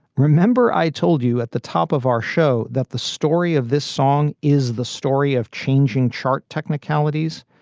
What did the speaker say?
remember i told you at the top of our show that the story of this song is the story of changing chart technicalities.